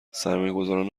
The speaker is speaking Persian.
سرمایهگذاران